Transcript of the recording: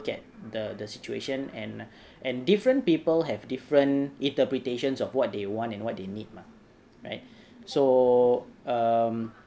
at the situation and and different people have different interpretations of what they want and what they need mah right so um